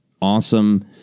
awesome